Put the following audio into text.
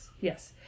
Yes